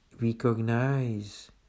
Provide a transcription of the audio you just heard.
recognize